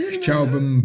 Chciałbym